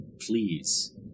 Please